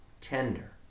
tender